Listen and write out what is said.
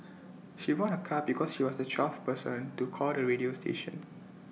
she won A car because she was the twelfth person to call the radio station